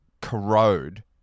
corrode